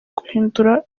guhindura